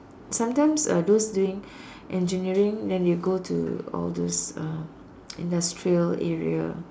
sometimes uh those doing engineering then they'll go to all those uh industrial area